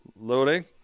Loading